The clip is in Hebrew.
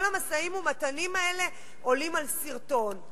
כל המשאים-ומתנים האלה עולים על שרטון.